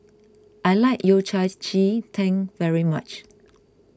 I like Yao Cai Ji Tang very much